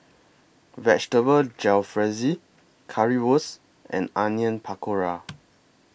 Vegetable Jalfrezi Currywurst and Onion Pakora